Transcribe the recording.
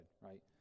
right